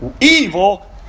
evil